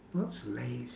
what's lazy